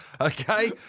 okay